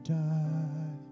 die